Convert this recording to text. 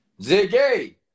Ziggy